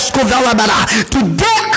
Today